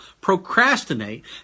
procrastinate